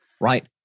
Right